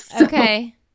Okay